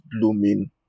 blooming